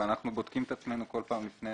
אבל אנחנו כל פעם בודקים את עצמנו לפני הדיון.